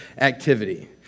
activity